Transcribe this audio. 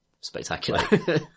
spectacular